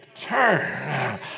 turn